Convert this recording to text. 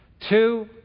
Two